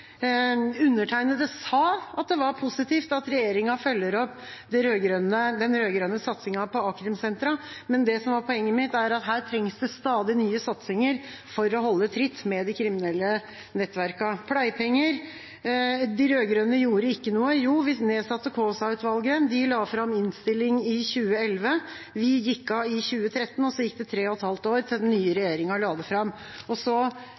Undertegnede sa at det var positivt at regjeringa følger opp den rød-grønne satsingen på a-krimsentre, men det som var poenget mitt, var at det trengs stadig nye satsinger for å holde tritt med de kriminelle nettverkene. Pleiepenger – de rød-grønne gjorde ikke noe. Jo, vi nedsatte Kaasa-utvalget. Det la fram sin rapport i 2011, vi gikk av i 2013, og så gikk det tre og et halvt år før den nye regjeringa la noe fram. Jeg har ikke mer tid igjen, så